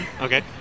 okay